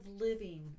living